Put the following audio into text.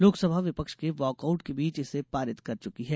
लोकसभा विपक्ष के walk out के बीच इसे पारित कर चुकी है